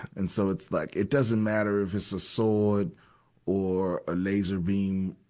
and so, it's like, it doesn't matter if it's a sword or a laser beam,